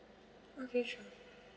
okay sure